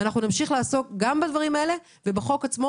נמשיך לעסוק גם בדברים האלה וגם בחוק עצמו,